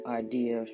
idea